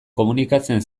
komunikatzen